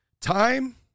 Time